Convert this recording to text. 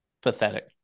pathetic